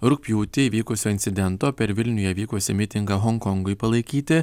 rugpjūtį įvykusio incidento per vilniuje vykusį mitingą honkongui palaikyti